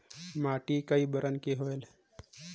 माटी कई बरन के होयल?